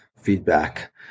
feedback